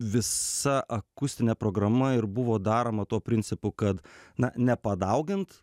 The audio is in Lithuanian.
visa akustine programa ir buvo daroma tuo principu kad na nepadaugint